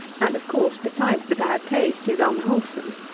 and of course, besides the bad taste, is unwholesome.